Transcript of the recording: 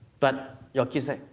but, your kids say,